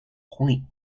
point